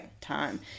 time